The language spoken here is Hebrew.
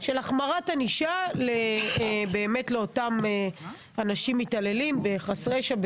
של החמרת ענישה לאותם אנשים מתעללים בחסרי ישע,